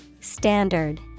Standard